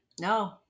No